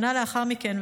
שנה לאחר מכן,